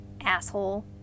Asshole